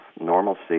normalcy